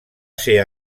ser